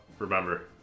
Remember